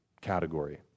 category